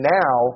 now